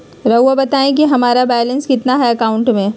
रहुआ बताएं कि हमारा बैलेंस कितना है अकाउंट में?